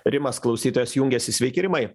rimas klausytojas jungiasi sveiki rimai